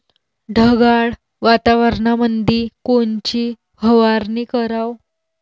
ढगाळ वातावरणामंदी कोनची फवारनी कराव?